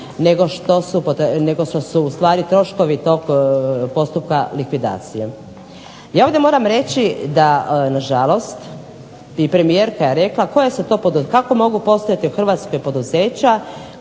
nego što su troškovi postupka likvidacije. Ja ovdje moram reći da nažalost i premijerka je rekla kako mogu postojati u HRvatskoj poduzeća